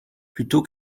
plutôt